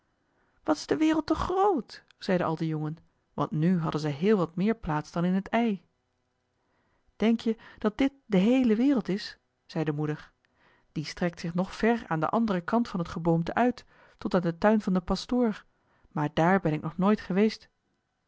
wat is de wereld toch groot zeiden al de jongen want nu hadden zij heel wat meer plaats dan in het ei denk je dat dit de heele wereld is zei de moeder die strekt zich nog ver aan den anderen kant van het geboomte uit tot aan den tuin van den pastoor maar daar ben ik nog nooit geweest